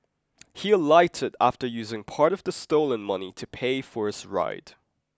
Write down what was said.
he alighted after using part of the stolen money to pay for his ride